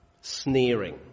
sneering